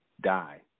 die